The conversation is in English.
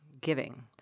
giving